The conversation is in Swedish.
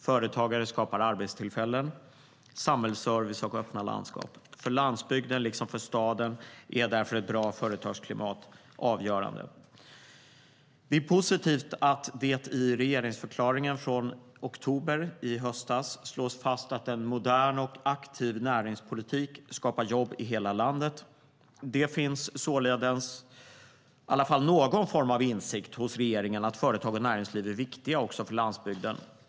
Företagare skapar arbetstillfällen, samhällsservice och öppna landskap. För landsbygden liksom för staden är därför ett bra företagsklimat avgörande. Det är positivt att det i regeringsförklaringen från oktober i höstas slås fast att en modern och aktiv näringspolitik skapar jobb i hela landet. Det finns således i varje fall någon form av insikt hos regeringen att företag och näringsliv är viktiga också för landsbygden.